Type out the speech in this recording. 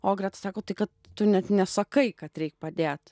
o greta sako kad tu net nesakai kad reik padėt